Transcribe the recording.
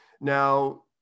Now